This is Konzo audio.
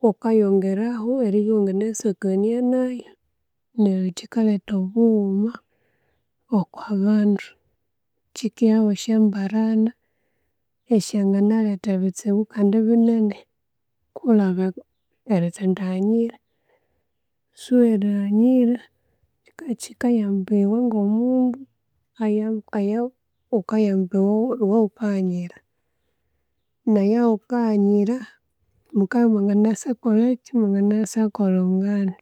ghukayongerahu eribya iwanganasakania naayu neryu kikaleta obughuma okwa bandu, kikihahu esyombarana esyenganaletha ebitsibu kandi binene kulaaba erithendighanyira. Soo erighanyira kikayamba iwe ngo'mundu aya aya ghukayamba ooo iwe ghukanyira, neyaghukaghanyira mukabya imwangasakolhaki? Imwangana sakholha obughanda.